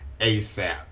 ASAP